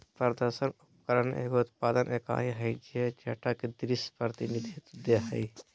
प्रदर्शन उपकरण एगो उत्पादन इकाई हइ जे डेटा के दृश्य प्रतिनिधित्व दे हइ